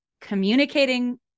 communicating